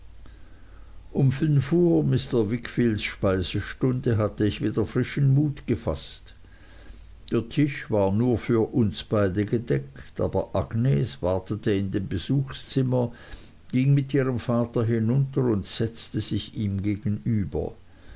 um fünf uhr mr wickfields speisestunde hatte ich wieder frischen mut gefaßt der tisch war nur für uns beide gedeckt aber agnes wartete in dem besuchszimmer ging mit ihrem vater hinunter und setzte sich ihm gegenüber